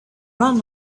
ran